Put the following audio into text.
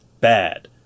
bad